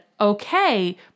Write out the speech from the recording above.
okay